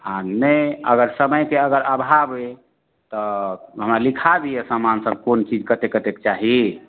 आ नहि अगर समयके अगर अभाव अइ तऽ हमरा लिखा दिअ समान सब कोन चीज कतेक कतेक चाही